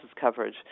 coverage